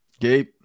Gabe